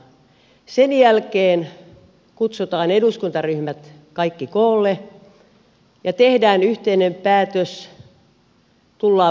sen jälkeen kutsutaan kaikki eduskuntaryhmät koolle ja tehdään yhteinen päätös tullaan vähän vastaan